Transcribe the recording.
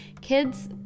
Kids